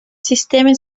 systeme